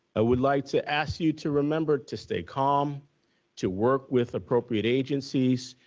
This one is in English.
ah would like to ask you to remember to stay calm to work with appropriate agencies.